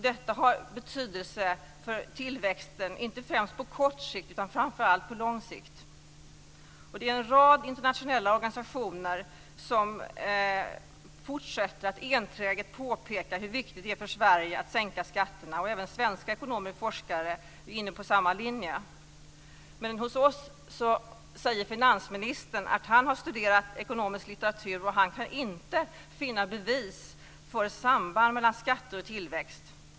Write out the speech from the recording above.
Detta har betydelse för tillväxten, inte främst på kort sikt utan framför allt på lång sikt. Det är en rad internationella organisationer som enträget fortsätter att påpeka hur viktigt det är för Sverige att sänka skatterna. Även svenska ekonomer och forskare är inne på samma linje. Men hos oss säger finansministern att han har studerat ekonomisk litteratur, och han kan inte finna bevis för ett samband mellan skatter och tillväxt.